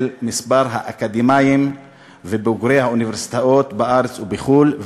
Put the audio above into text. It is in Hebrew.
היישובים במספר האקדמאים ובוגרי האוניברסיטאות בארץ ובחו"ל.